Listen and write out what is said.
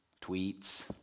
tweets